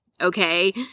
Okay